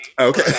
Okay